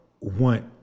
want